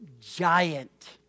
giant